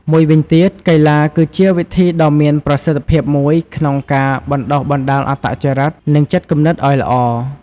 មួយវិញទៀត កីឡាគឺជាវិធីដ៏មានប្រសិទ្ធិភាពមួយក្នុងការបណ្តុះបណ្តាលអត្តចរិត និងចិត្តគំនិតអោយល្អ។